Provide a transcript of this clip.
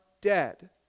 dead